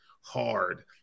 hard